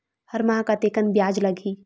हर माह कतेकन ब्याज लगही?